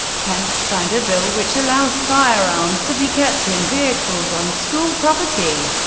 pence signed a bill which allows firearms to be kept in vehicles on school property.